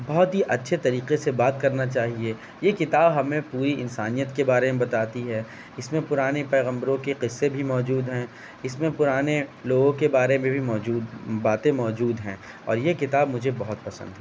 بہت ہی اچھے طریقے سے بات کرنا چاہیے یہ کتاب ہمیں پوری انسانیت کے بارے میں بتاتی ہے اس میں پرانے پیغمبروں کے قصے بھی موجود ہیں اس میں پرانے لوگوں کے بارے میں بھی موجود باتیں موجود ہیں اور یہ کتاب مجھے بہت پسند ہے